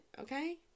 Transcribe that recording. okay